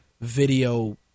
video